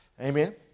Amen